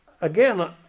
Again